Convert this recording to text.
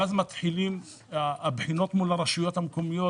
ואז מתחילים עם הבחינות מול הרשויות המקומיות